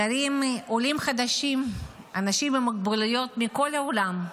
גרים עולים חדשים, אנשים עם מוגבלויות מכל העולם,